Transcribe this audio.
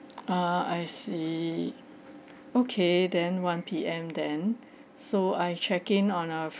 ah I see okay then one P_M then so I check in on uh